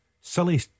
silly